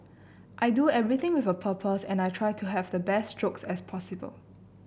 I do everything with a purpose and I try to have the best strokes as possible